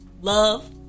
love